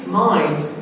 mind